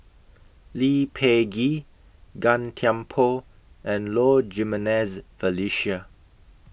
Lee Peh Gee Gan Thiam Poh and Low Jimenez Felicia